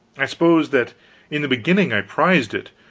i suppose that in the beginning i prized it,